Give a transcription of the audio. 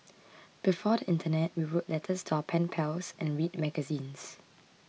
before the internet we wrote letters to our pen pals and read magazines